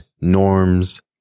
norms